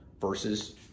versus